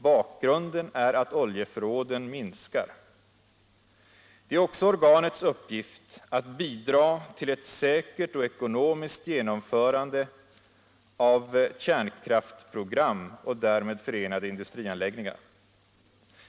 Bakgrunden är att oljeförråden minskar. Det är också organets uppgift att bidra till ett säkert och ekonomiskt genomförande av kärnkraftsprogram och därmed förenade industrianläggningar.